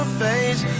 face